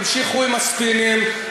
תמשיכו עם הספינים,